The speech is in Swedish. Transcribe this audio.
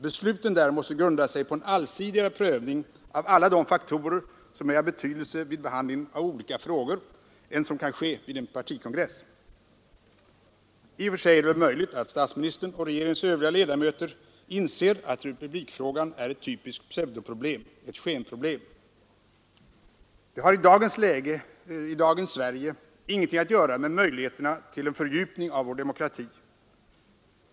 Besluten där måste grunda sig på en allsidigare prövning av alla de faktorer som är av betydelse vid behandlingen av olika frågor än den som kan ske vid en partikongress. I och för sig är det väl möjligt att statsministern och regeringens övriga ledamöter inser att republikfrågan är ett typiskt pseudoproblem, ett skenproblem. Det har i dagens Sverige ingenting att göra med möjligheterna till en fördjupning av vår demokrati.